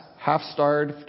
half-starved